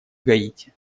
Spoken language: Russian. гаити